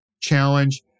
challenge